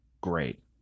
Great